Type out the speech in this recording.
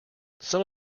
some